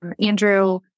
Andrew